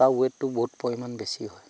তাৰ ৱেটটো বহুত পৰিমাণ বেছি হয়